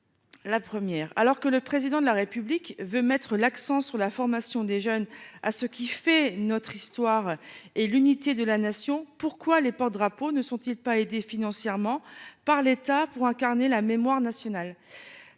la bienvenue. Alors que le Président de la République veut mettre l’accent sur la formation des jeunes, sur ce qui fait notre histoire et l’unité de la Nation, pourquoi les porte drapeaux ne sont ils pas aidés financièrement par l’État pour incarner la mémoire nationale ?